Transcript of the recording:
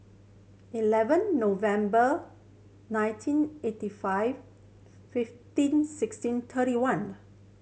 eleven November nineteen eighty five fifteen sixteen thirty one